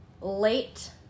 late